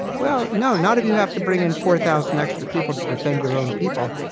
well, no, not if you have to bring in four thousand extra people to defend your own people.